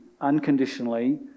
unconditionally